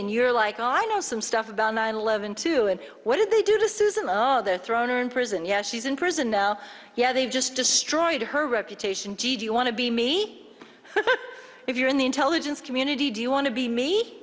and you're like oh i know some stuff about nine eleven too and what did they do to susan thrown or in prison yeah she's in prison now yeah they've just destroyed her reputation you want to be me if you're in the intelligence community do you want to be me